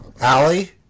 Allie